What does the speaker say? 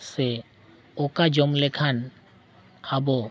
ᱥᱮ ᱚᱠᱟ ᱡᱚᱢ ᱞᱮᱠᱷᱟᱱ ᱟᱵᱚ